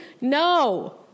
No